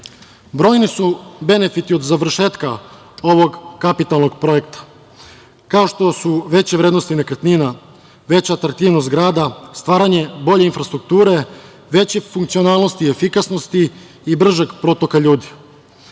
njega. Brojni su benefiti od završetka ovog kapitalnog projekta, kao što su veće vrednosti nekretnina, veća atraktivnost grada, stvaranje bolje infrastrukture, veće funkcionalnosti, efikasnosti i bržeg protoka ljudi. Želim